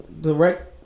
direct